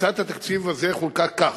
הקצאת התקציב הזה, חולק כך: